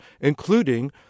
including